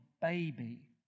baby